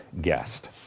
guest